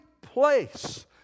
place